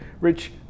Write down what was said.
Rich